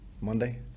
Monday